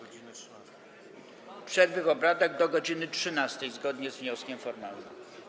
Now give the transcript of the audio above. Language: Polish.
Chodzi o przerwę w obradach do godz. 13, zgodnie z wnioskiem formalnym.